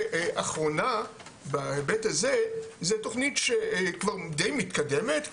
ואחרונה בהיבט הזה זו תוכנית שכבר די מתקדמת,